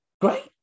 Great